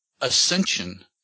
ascension